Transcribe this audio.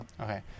okay